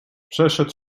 przeszedł